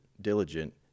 diligent